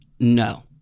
No